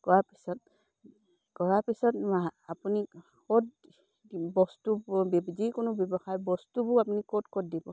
কৰাৰ পিছত কৰাৰ পিছত আপুনি ক'ত বস্তুবোৰ যিকোনো ব্যৱসায় বস্তুবোৰ আপুনি ক'ত ক'ত দিব